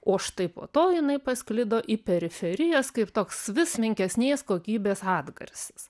o štai po to jinai pasklido į periferijas kaip toks vis menkesnės kokybės atgarsis